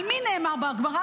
על מי נאמר בגמרא?